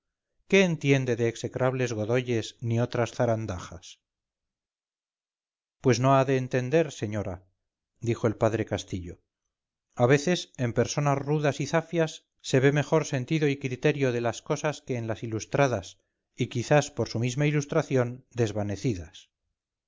qué entiende de execrables godoyes ni otras zarandajas pues no ha de entender señora dijo el padre castillo a veces en personas rudas y zafias se ve mejor sentido y criterio de las cosas que en las ilustradas y quizás por su misma ilustración desvanecidas